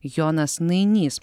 jonas nainys